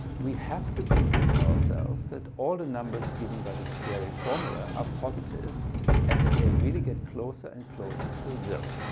we have to convince ourselves that all the numbers given by this scary formula are positive and that they really get closer and closer to zero.